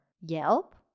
Yelp